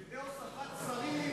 על-ידי הוספת שרים,